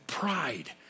pride